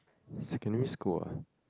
secondary school ah